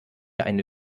ein